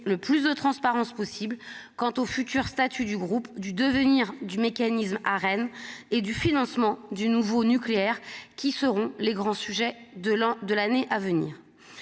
le plus de transparence possible quant au futur statut du groupe du devenir du mécanisme à Rennes et du financement du nouveau nucléaire qui seront les grands sujets de l'un de l'année à venir